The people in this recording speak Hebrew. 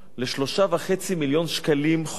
ל-3.5 מיליון שקלים חוב.